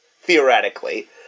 theoretically